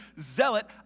zealot